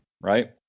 right